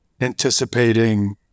anticipating